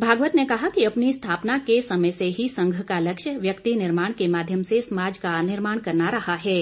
भागवत ने कहा कि अपनी स्थापना के समय से ही संघ का लक्ष्य व्यक्ति निर्माण के माध्यम से समाज का निर्माण करना रहा है